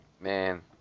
Man